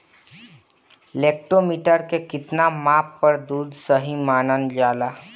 Lactometer के कितना माप पर दुध सही मानन जाला?